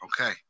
okay